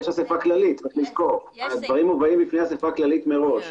הדברים מובאים בפני אסיפה כללית מראש,